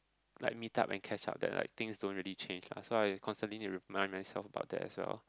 like meet up and catch up then like things don't really change lah so I constantly need to remind myself about that as well